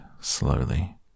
slowly